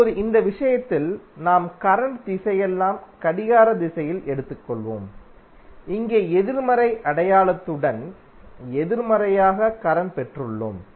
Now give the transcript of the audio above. இப்போது இந்த விஷயத்தில் நாம் கரண்ட் திசையெல்லாம் கடிகார திசையில் எடுத்துள்ளோம் இங்கே எதிர்மறை அடையாளத்துடன் எதிர்மறையாக கரண்ட் பெற்றுள்ளோம்